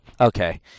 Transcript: Okay